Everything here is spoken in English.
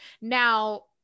now